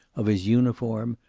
of his uniform,